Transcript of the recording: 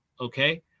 Okay